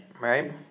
right